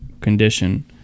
condition